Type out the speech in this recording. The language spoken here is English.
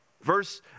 Verse